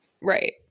Right